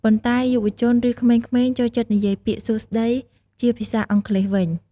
ប៉ុន្តែ យុវជន ឬ ក្មេងៗ ចូលចិត្ត និយាយពាក្យ “សួស្តី” ជាភាសាអង់គ្លេសវិញ។